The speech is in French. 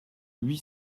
huit